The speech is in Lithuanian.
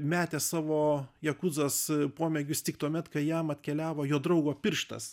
metė savo jekuzas pomėgius tik tuomet kai jam atkeliavo jo draugo pirštas